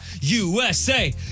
USA